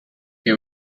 que